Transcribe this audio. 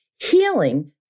healing